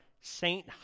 saint